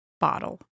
bottle